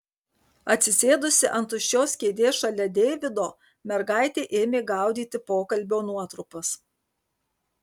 atsisėdusi ant tuščios kėdės šalia deivido mergaitė ėmė gaudyti pokalbio nuotrupas